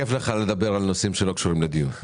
כייף לך לדבר על נושאים שלא קשורים לדיון.